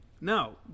No